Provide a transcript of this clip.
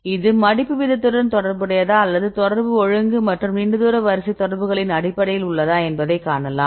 இது மடிப்பு வீதத்துடன் தொடர்புடையதா அல்லது தொடர்பு ஒழுங்கு மற்றும் நீண்ட தூர வரிசை தொடர்புகளின் அடிப்படையில் உள்ளதா என்பதை காணலாம்